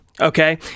okay